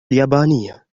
اليابانية